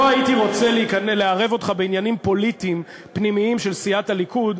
לא הייתי רוצה לערב אותך בעניינים פוליטיים פנימיים של סיעת הליכוד,